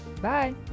Bye